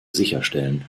sicherstellen